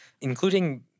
including